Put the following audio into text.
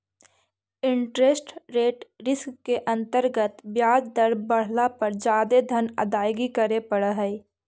interest rate risk के अंतर्गत ब्याज दर बढ़ला पर जादे धन अदायगी करे पड़ऽ हई